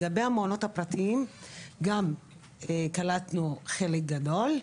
לגבי המעונות הפרטיים גם קלטנו חלק גדול.